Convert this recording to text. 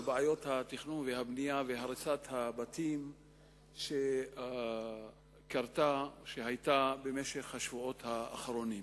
ואת בעיות התכנון והבנייה והריסת הבתים שהיו במשך השבועות האחרונים.